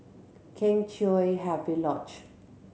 Kheng Chiu Happy Lodge